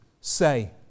say